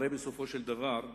הרי בסופו של דבר,